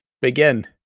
Begin